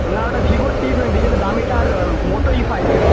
না ওটা ভিভোর টি টোয়েন্টি যেটা দামিটা আর মোটো ই ফাইভ যেটা